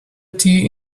tea